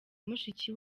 mushiki